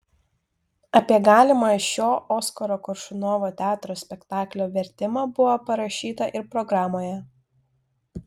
apie galimą šio oskaro koršunovo teatro spektaklio vertimą buvo parašyta ir programoje